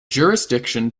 jurisdiction